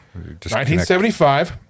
1975